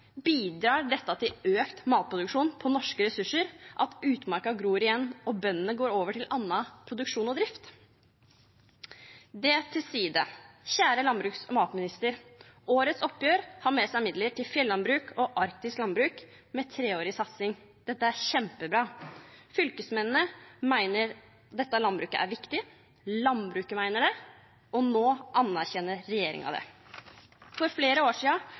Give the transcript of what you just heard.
Bidrar det til økt matproduksjon på norske ressurser at utmarka gror igjen og bøndene går over til annen produksjon og drift? Kjære landbruks- og matminister! Årets oppgjør har med seg midler til fjellandbruk og arktisk landbruk med en treårig satsing. Det er kjempebra. Fylkesmennene mener dette landbruket er viktig, landbruket mener det, og nå anerkjenner regjeringen det. For flere år